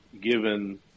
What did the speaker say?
given